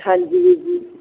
ਹਾਂਜੀ ਵੀਰ ਜੀ